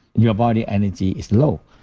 your body energy is low?